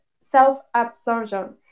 self-absorption